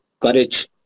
courage